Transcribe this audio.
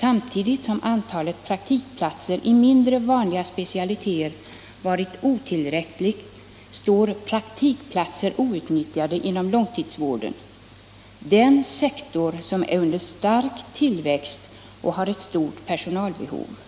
Samtidigt som antalet praktikplatser i mindre vanliga specialiteter varit otillräckligt, står praktikplatser outnyttjade inom långtidsvården — den sektor som är under stark tillväxt och har ett stort personalbehov.